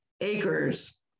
acres